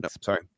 Sorry